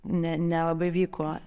ne nelabai vyko